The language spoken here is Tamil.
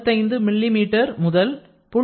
25 மில்லிமீட்டர் முதல் 0